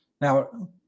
Now